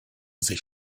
sich